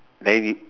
then it